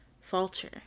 falter